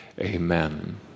amen